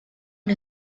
los